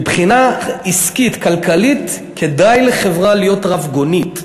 מבחינה עסקית-כלכלית כדאי לחברה להיות רבגונית,